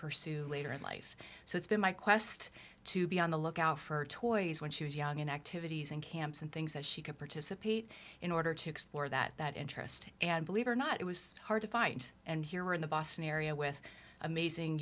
pursue later in life so it's been my quest to be on the lookout for toys when she was young and activities and camps and things that she could participate in order to explore that interest and believe or not it was hard to find and here in the boston area with amazing